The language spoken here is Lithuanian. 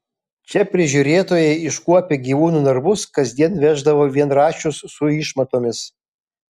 čia prižiūrėtojai iškuopę gyvūnų narvus kasdien veždavo vienračius su išmatomis